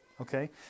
Okay